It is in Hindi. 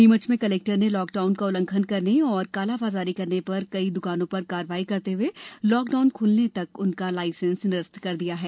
नीमच में कलेक्टर ने लॉकडाउन का उल्लंघन करने और काला बाजारी करने पर कई दुकानों पर कार्रवाई करते हुए लॉकडाउन खुलने तक उनका लाइसेंस निरस्त कर दिया है